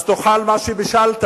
אז תאכל מה שבישלת